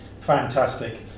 fantastic